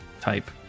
type